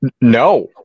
no